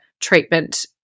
treatment